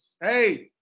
Hey